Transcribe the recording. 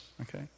Okay